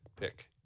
pick